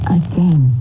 again